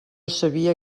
sabia